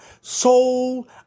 soul